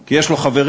כי יש לו חברים,